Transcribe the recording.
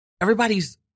everybody's